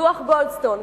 דוח-גולדסטון,